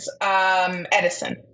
edison